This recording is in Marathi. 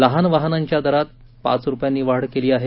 लहान वाहनांच्या दरात पात रुपयांनी वाढ झाली आहे